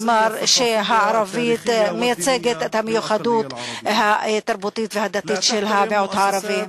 נאמר שהערבית מייצגת את הייחוד התרבותי והדתי של המיעוט הערבי.